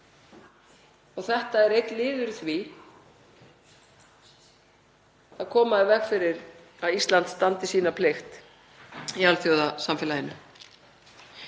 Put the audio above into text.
Þetta er einn liður í því að koma í veg fyrir að Ísland standi sína plikt í alþjóðasamfélaginu.